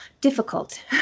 difficult